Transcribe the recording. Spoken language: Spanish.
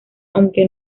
aunque